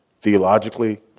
theologically